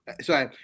sorry